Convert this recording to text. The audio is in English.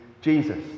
Jesus